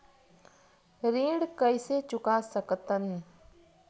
ऋण कइसे चुका सकत हन?